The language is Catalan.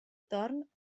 torn